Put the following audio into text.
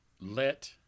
let